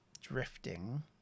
drifting